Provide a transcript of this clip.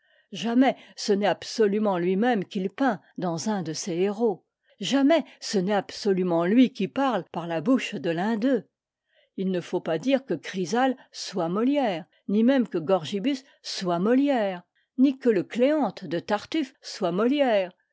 jamais ce n'est absolument lui-même qu'il peint dans un de ses héros jamais ce n'est absolument lui qui parle par la bouche de l'un d'eux il ne faut pas dire que chrysale soit molière ni même que gorgibus soit molière ni que le cléante de tartuffe soit molière